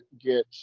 get